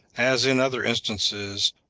as in other instances,